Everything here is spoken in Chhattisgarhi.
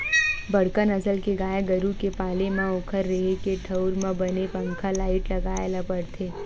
बड़का नसल के गाय गरू के पाले म ओखर रेहे के ठउर म बने पंखा, लाईट लगाए ल परथे